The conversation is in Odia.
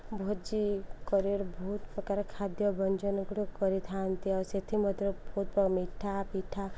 ଭୋଜି କରି କରି ବହୁତ ପ୍ରକାର ଖାଦ୍ୟ ବ୍ୟଞ୍ଜନଗୁଡ଼ିକ କରିଥାନ୍ତି ଆଉ ସେଥିମଧ୍ୟରୁ ବହୁତ ମିଠା ପିଠା